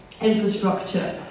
infrastructure